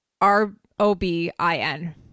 R-O-B-I-N